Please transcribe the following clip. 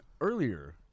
earlier